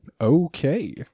Okay